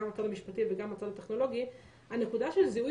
גם בצד המשפטי וגם בצד הטכנולוגי ומניסיוני הנקודה של זיהוי